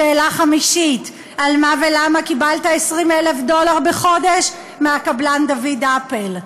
שאלה חמישית: על מה ולמה קיבלת 20,000 דולר בחודש מהקבלן דוד אפל?